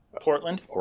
Portland